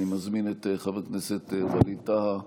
אני מזמין את חבר הכנסת ווליד טאהא